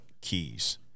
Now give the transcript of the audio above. keys